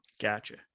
Gotcha